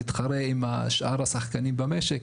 תתחרה עם שאר השחקנים במשק,